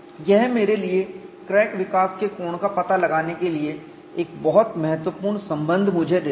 यह मेरे लिए क्रैक विकास के कोण का पता लगाने के लिए एक बहुत महत्वपूर्ण संबंध मुझे देता है